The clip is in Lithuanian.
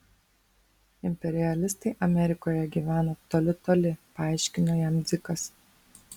imperialistai amerikoje gyvena toli toli paaiškino jam dzikas